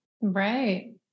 Right